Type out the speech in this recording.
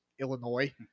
Illinois